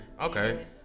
Okay